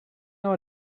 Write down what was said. know